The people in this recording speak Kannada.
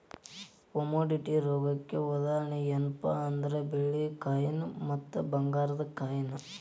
ಕೊಮೊಡಿಟಿ ರೊಕ್ಕಕ್ಕ ಉದಾಹರಣಿ ಯೆನ್ಪಾ ಅಂದ್ರ ಬೆಳ್ಳಿ ಕಾಯಿನ್ ಮತ್ತ ಭಂಗಾರದ್ ಕಾಯಿನ್